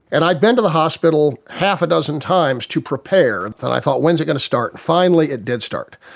and i had been to the hospital half a dozen times to prepare. i thought when is it going to start? finally it did start,